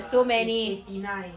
err eight eighty nine